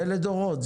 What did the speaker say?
זה לדורות.